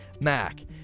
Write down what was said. Mac